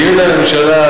מדיניות הממשלה,